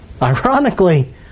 Ironically